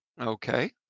Okay